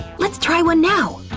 let's try one now.